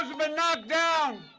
um been knocked down,